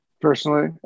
personally